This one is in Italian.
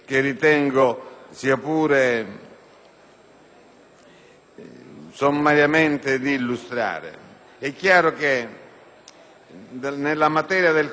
sommariamente, di illustrare.